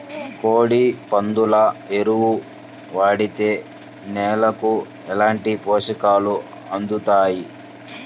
కోడి, పందుల ఎరువు వాడితే నేలకు ఎలాంటి పోషకాలు అందుతాయి